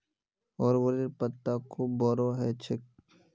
अरबोंर पत्ता खूब बोरो ह छेक